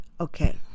okay